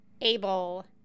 able